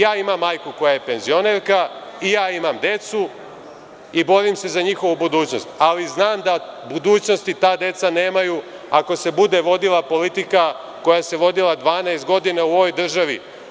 Ja imam majku koja je penzionerka, i ja imam decu i borim se za njihovu budućnost, ali znam da budućnosti ta deca nemaju ako se bude vodila politika koja se vodila 12 godina u ovoj državi.